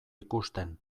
ikusten